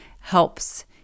helps